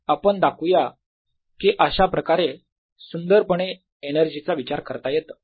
आपण दाखवू या की अशाप्रकारे सुंदर पणे एनर्जीचा विचार करता येतं